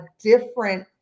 different